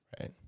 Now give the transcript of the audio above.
Right